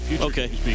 Okay